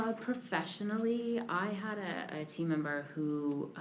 professionally i had a team member who